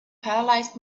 paralysed